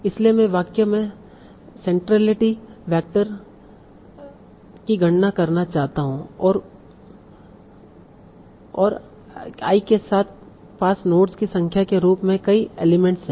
इसलिए मैं वाक्य में सेंट्रलइटी वेक्टर I की गणना करना चाहता हूं और I के पास नोड्स की संख्या के रूप में कई एलिमेंट्स हैं